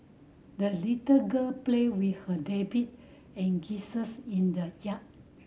the little girl played with her rabbit and geese in the yard